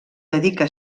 dedica